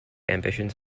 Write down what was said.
ambitions